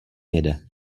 jede